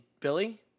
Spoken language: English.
billy